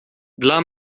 dla